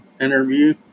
interview